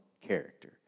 character